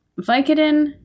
vicodin